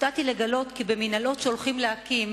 הופתעתי לגלות כי במינהלות שהולכים להקים,